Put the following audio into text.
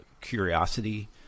curiosity